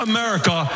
America